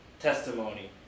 testimony